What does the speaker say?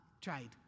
tried